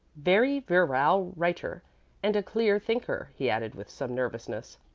very virile writer and a clear thinker, he added, with some nervousness.